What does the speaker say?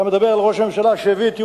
אתה מדבר על ראש הממשלה שהביא את ירושלים,